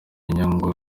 inyungu